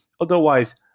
Otherwise